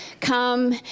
come